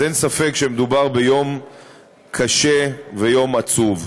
אז אין ספק שמדובר ביום קשה ויום עצוב.